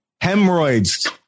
Hemorrhoids